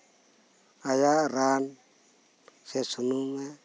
ᱟᱭᱟᱜ ᱨᱟᱱ ᱥᱮ ᱥᱩᱱᱩᱢᱮ